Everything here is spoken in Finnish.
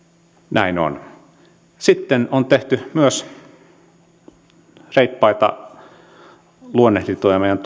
näin on sitten on tehty myös reippaita luonnehdintoja meidän